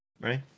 right